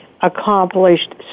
accomplished